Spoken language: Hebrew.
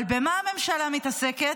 אבל במה הממשלה מתעסקת?